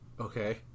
Okay